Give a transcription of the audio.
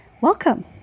welcome